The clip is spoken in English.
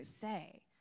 say